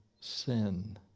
sin